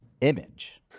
image